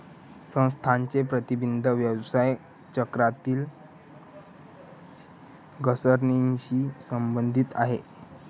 संस्थांचे प्रतिबिंब व्यवसाय चक्रातील घसरणीशी संबंधित आहे